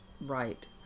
Right